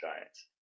Giants